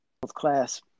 class